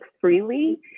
freely